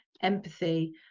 empathy